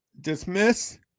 dismiss